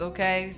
Okay